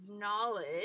knowledge